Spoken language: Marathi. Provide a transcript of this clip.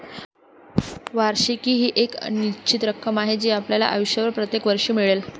वार्षिकी ही एक निश्चित रक्कम आहे जी आपल्याला आयुष्यभर प्रत्येक वर्षी मिळेल